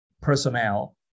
personnel